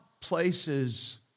places